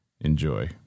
Enjoy